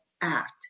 act